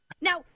Now